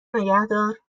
نگهدار